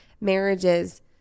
marriages